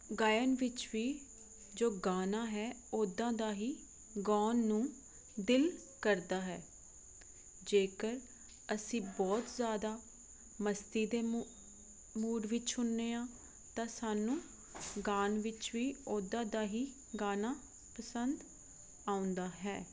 ਗਾਇਨ ਵਿੱਚ ਵੀ ਜੋ ਗਾਣਾ ਹੈ ਉੱਦਾਂ ਦਾ ਹੀ ਗਾਉਣ ਨੂੰ ਦਿਲ ਕਰਦਾ ਹੈ ਜੇਕਰ ਅਸੀਂ ਬਹੁਤ ਜ਼ਿਆਦਾ ਮਸਤੀ ਦੇ ਮੂ ਮੂਡ ਵਿੱਚ ਹੁੰਦੇ ਹਾਂ ਤਾਂ ਸਾਨੂੰ ਗਾਉਣ ਵਿੱਚ ਵੀ ਉੱਦਾਂ ਦਾ ਹੀ ਗਾਣਾ ਪਸੰਦ ਆਉਂਦਾ ਹੈ